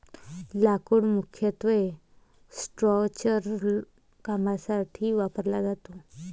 लाकूड मुख्यत्वे स्ट्रक्चरल कामांसाठी वापरले जाते